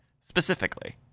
specifically